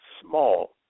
Small